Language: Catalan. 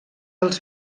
els